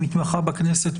שמתמחה בכנסת,